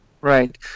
right